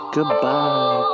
Goodbye